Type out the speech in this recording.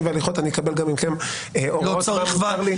והליכות אני אקבל גם מכם הוראות מה מותר לי.